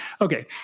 Okay